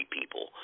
people